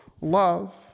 love